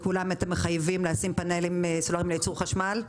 בכולם אתם מחייבים לשים פאנלים סולאריים לייצור חשמל?